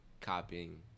copying